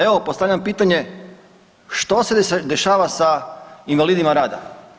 Evo postavljam pitanje, što se dešava sa invalidima rada?